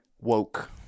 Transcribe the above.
woke